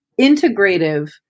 integrative